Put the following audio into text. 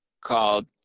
called